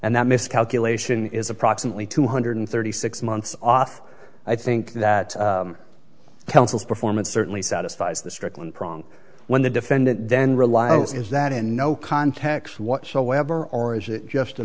and that miscalculation is approximately two hundred thirty six months off i think that counsel's performance certainly satisfies the strickland prong when the defendant then reliance is that in no context whatsoever or is it just a